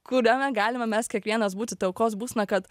kurią galima mes kiekvienas būti toj aukos būsena kad